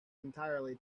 entirely